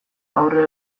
aurre